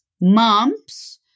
mumps